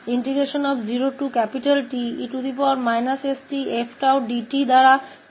तो इसका मूल्यांकन इस 11 e sT0Te stfdt द्वारा किया जा सकता है